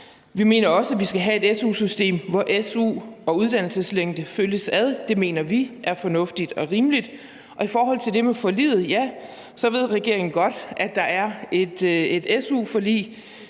Vi mener også, at vi skal have et su-system, hvor su og uddannelseslængde følges ad. Det mener vi er fornuftigt og rimeligt. I forhold til det med forliget ved regeringen godt, at der er et su-forlig.